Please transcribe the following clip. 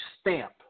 stamp